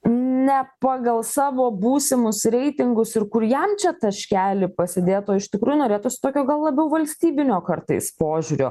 ne pagal savo būsimus reitingus ir kur jam čia taškelį pasidėt o iš tikrųjų norėtųsi tokio gal labiau valstybinio kartais požiūrio